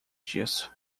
disso